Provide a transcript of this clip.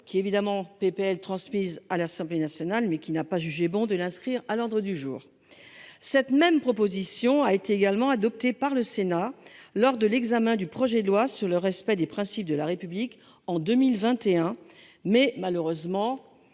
qui a été transmise à l'Assemblée nationale, laquelle n'a pas jugé bon de l'inscrire à son ordre du jour. Cette même proposition a été également adoptée par le Sénat lors de l'examen du projet de loi confortant le respect des principes de la République en 2021, mais a malheureusement